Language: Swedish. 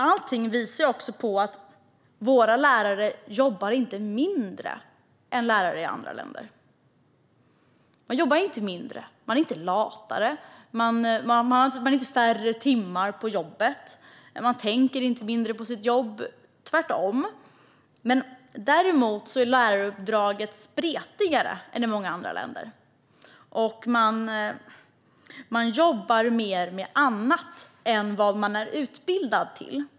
Allt visar att våra lärare inte jobbar mindre än lärare i andra länder. De är inte latare, de är inte färre timmar på jobbet, de tänker inte mindre på sitt jobb - tvärtom. Däremot är läraruppdraget spretigare än i många andra länder, och lärarna jobbar mer med annat än det som de är utbildade till.